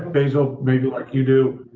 but so maybe like you do,